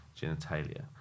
genitalia